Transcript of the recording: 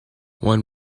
one